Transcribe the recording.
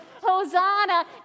Hosanna